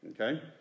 Okay